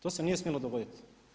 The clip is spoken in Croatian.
To se nije smjelo dogoditi.